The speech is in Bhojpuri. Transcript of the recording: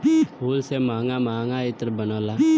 फूल से महंगा महंगा इत्र बनला